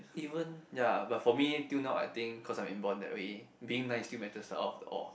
even ya for me but for me till now I think cause I'm inborn that way being nice still matters sort of or